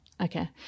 Okay